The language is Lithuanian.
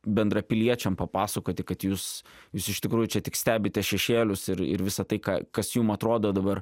bendrapiliečiam papasakoti kad jūs jūs iš tikrųjų čia tik stebite šešėlius ir ir visa tai ką kas jums atrodo dabar